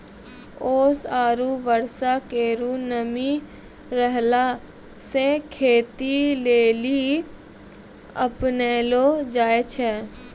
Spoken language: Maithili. ओस आरु बर्षा केरो नमी रहला सें खेती लेलि अपनैलो जाय छै?